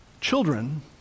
Children